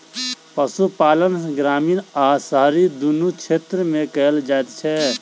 पशुपालन ग्रामीण आ शहरी दुनू क्षेत्र मे कयल जाइत छै